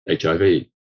HIV